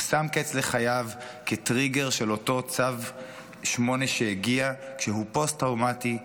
הוא שם קץ לחייו מטריגר של אותו צו 8 שהגיע כשהוא פוסט-טראומטי,